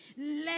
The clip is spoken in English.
Let